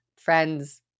friends